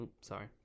Sorry